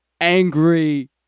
angry